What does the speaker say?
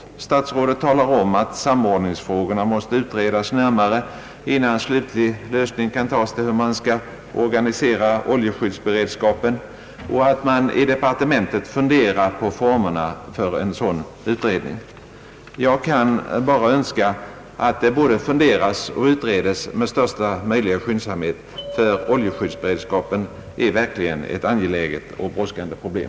Herr statsrådet talar om att samordningsfrågorna måste utredas närmare innan slutlig ställning kan tas till hur man skall organisera oljeskyddsberedskapen och att man i departementet funderar på formerna för en sådan utredning. Jag kan bara önska att det både funderas och utreds med största möjliga skyndsamhet, ty oljeskyddsberedskapen är verkligen ett angeläget och brådskande problem.